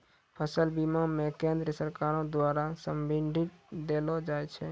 फसल बीमा मे केंद्रीय सरकारो द्वारा सब्सिडी देलो जाय छै